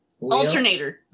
alternator